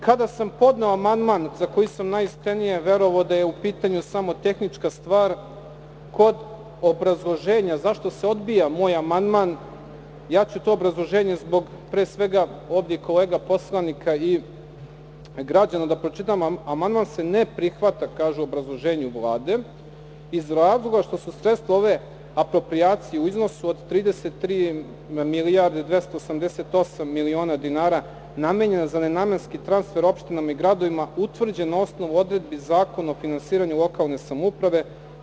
Kada sam podneo amandman za koji sam najiskrenije verovao da je u pitanju samo tehnička stvar, kod obrazloženja zašto se odbija moj amandman, ja ću to obrazloženje zbog pre svega ovde kolega poslanika i građana da pročitam, amandman se ne prihvata, kaže u obrazloženju Vlade, iz razloga što su sredstva ove aproprijacije u iznosu od 33 milijarde 288 miliona dinara namenje za nenamenski transfer opštinama i gradovima, utvrđen na osnovu odredbi Zakona o finansiranju lokalne samouprave.